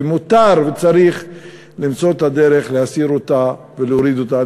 ומותר וצריך למצוא את הדרך להסיר אותה ולהוריד אותה.